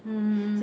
mm mm mm